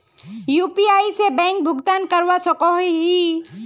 UPI से bank भुगतान करवा सकोहो ही?